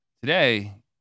Today